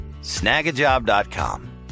Snagajob.com